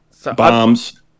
Bombs